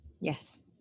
Yes